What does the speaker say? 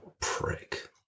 prick